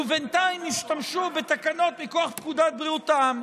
ובינתיים ישתמשו בתקנות מכוח פקודת בריאות העם.